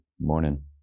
Morning